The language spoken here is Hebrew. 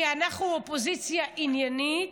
כי אנחנו אופוזיציה עניינית,